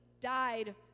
died